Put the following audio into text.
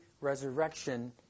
resurrection